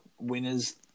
winners